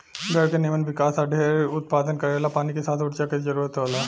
भेड़ के निमन विकास आ जढेर उत्पादन करेला पानी के साथ ऊर्जा के जरूरत होला